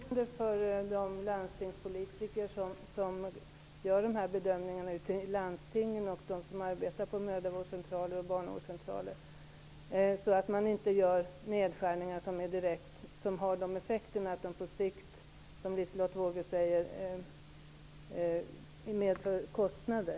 Fru talman! Vi har förtroende för att de landstingspolitiker som gör bedömningarna ute i landstingen och att de som arbetar på mödra och barnavårdscentraler inte gör sådana nedskärningar att de på sikt, som Liselotte Wågö säger, medför kostnader.